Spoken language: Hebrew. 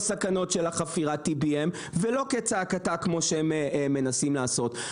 חפירתEBM , ולא כצעקתה כמו שהם מנסים לעשות.